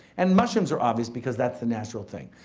and mushrooms are obvious because that's the natural thing,